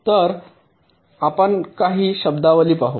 तर आपण काही शब्दावली पाहू